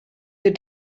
wir